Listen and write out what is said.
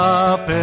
up